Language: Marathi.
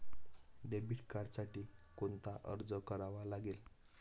डेबिट कार्डसाठी कोणता अर्ज करावा लागेल?